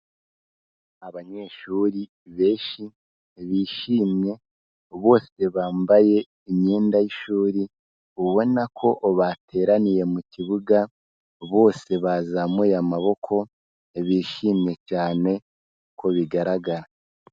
Abanyeshuri benshi, bishimye, bose bambaye imyenda y'ishuri, ubona ko bateraniye mu kibuga, bose bazamuye amaboko, bishimye cyane uko bigaragara.